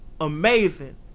amazing